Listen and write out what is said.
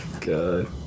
God